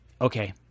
Okay